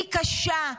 היא קשה,